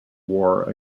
war